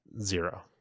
Zero